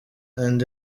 and